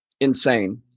Insane